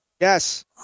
Yes